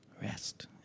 Rest